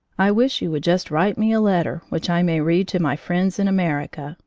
i wish you would just write me a letter which i may read to my friends in america,